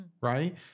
right